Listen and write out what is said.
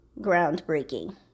groundbreaking